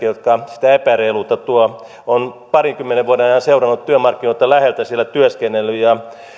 jotka sitä epäreiluutta tuovat olen parinkymmenen vuoden ajan seurannut työmarkkinoita läheltä siellä työskennellyt ja